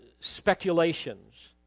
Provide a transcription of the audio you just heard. speculations